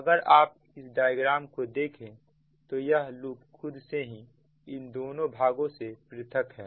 अगर आप इस डायग्राम को देखें तो यह लूप खुद से ही इन दोनों भागों से पृथक है